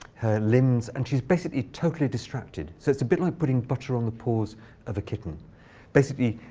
limbs. and she's, basically, totally distracted. so it's a bit like putting butter on the paws of a kitten basically,